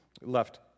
left